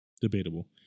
debatable